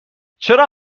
چرا